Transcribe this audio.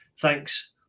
thanks